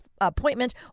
appointment